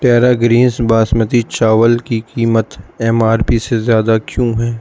tera Greens basmati چاول کی قیمت ایم آر پی سے زیادہ کیوں ہے